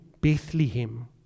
Bethlehem